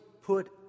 put